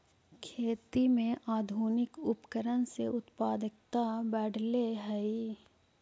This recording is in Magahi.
खेती में आधुनिक उपकरण से उत्पादकता बढ़ले हइ